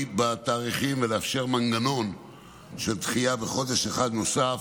בתאריכים ולאפשר מנגנון של דחייה בחודש אחד נוסף,